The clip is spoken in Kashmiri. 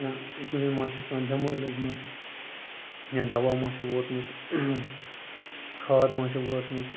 یا کُلیٚن ما چھِ کانٛہہ بؠمٲرۍ لٔجمٕژ یا دوا ما چھُکھ ووٚتمُت کھاد ما چھَکھ وٲژمٕژ